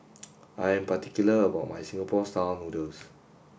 I am particular about my Singapore style noodles